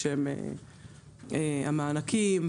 המושבים,